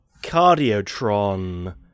Cardiotron